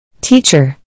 Teacher